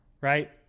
right